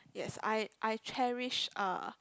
yes I I cherish uh